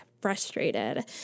frustrated